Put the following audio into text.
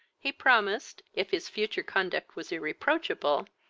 he promised, if his future conduct was irreproachable,